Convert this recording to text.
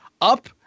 up